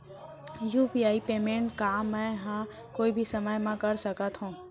UPI payment का मैं ह कोई भी समय म कर सकत हो?